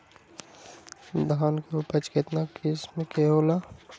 धान के उपज केतना किस्म के होला?